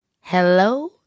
Hello